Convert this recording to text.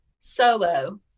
solo